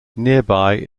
nearby